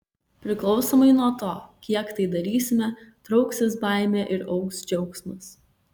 priklausomai nuo to kiek tai darysime trauksis baimė ir augs džiaugsmas